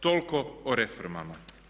Toliko o reformama.